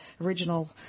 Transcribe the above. original